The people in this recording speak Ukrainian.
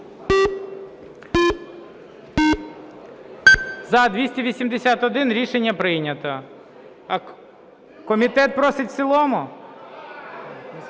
За-281 Рішення прийнято. Комітет просить в цілому?